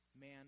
man